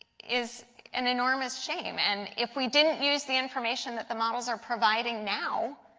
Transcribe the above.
is an anonymous shane. and if we didn't use the information that the models are providing now,